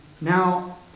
Now